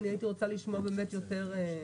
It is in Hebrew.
הייתי רוצה לשמוע יותר פרטים,